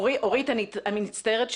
אורי אני מצטערת,